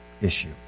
issue